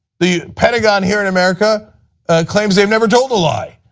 the pentagon here in america claims they have never told a lie,